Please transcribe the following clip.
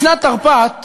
בשנת תרפ"ט